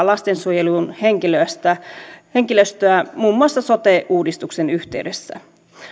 lastensuojeluhenkilöstö muun muassa sote uudistuksen yhteydessä